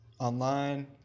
online